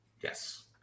Yes